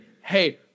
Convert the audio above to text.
Hey